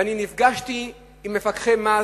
ואני נפגשתי עם מפקחי מס